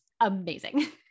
amazing